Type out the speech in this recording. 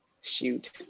shoot